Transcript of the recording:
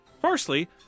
Firstly